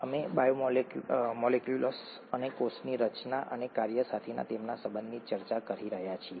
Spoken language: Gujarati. અમે બાયોમોલેક્યુલ્સ અને કોષની રચના અને કાર્ય સાથેના તેમના સંબંધની ચર્ચા કરી રહ્યા છીએ